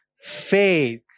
faith